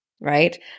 right